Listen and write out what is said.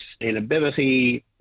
sustainability